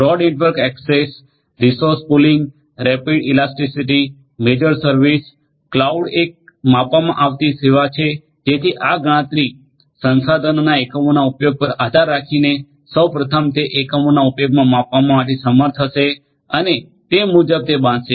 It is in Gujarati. broad network access resource pooling rapid elasticity measured service cloud એક માપવામાં આવતી સેવા છે જેથી આ ગણતરી સંસાધનોના એકમોના ઉપયોગ પર આધાર રાખીને સૌ પ્રથમ તે એકમોના ઉપયોગ માપવા માટે સમર્થ હશે અને તે મુજબ તે બાંધશે